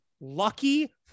lucky